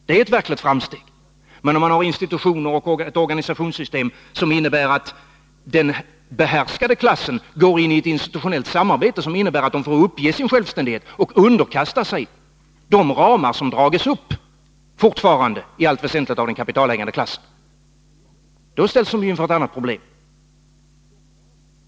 Det är ett verkligt framsteg, men ett organisationssystem som innebär att den behärskade klassen går in i ett institutionellt samarbete, som förutsätter att den får uppge sin självständighet och underkasta sig de ramar som i allt väsentligt dragits upp av den kapitalägande klassen, gör att de ställs inför ett annat problem.